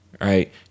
right